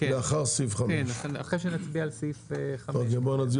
לאחר סעיף 5. אחרי שנצביע על סעיף 5. נצביע